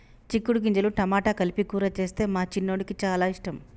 చిక్కుడు గింజలు టమాటా కలిపి కూర చేస్తే మా చిన్నోడికి చాల ఇష్టం